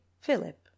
Philip